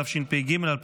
התשפ"ג 2023,